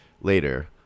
later